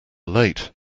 late